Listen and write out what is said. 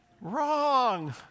Wrong